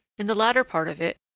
in the latter part of it,